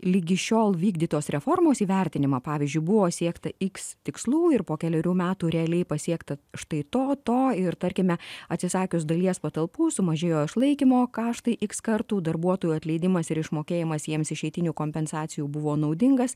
ligi šiol vykdytos reformos įvertinimą pavyzdžiui buvo siekta x tikslų ir po kelerių metų realiai pasiekta štai to to ir tarkime atsisakius dalies patalpų sumažėjo išlaikymo kaštai x kartų darbuotojų atleidimas ir išmokėjimas jiems išeitinių kompensacijų buvo naudingas